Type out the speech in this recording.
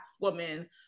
woman